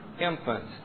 infants